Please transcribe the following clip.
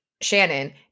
Shannon